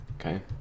okay